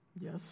Yes